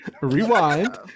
rewind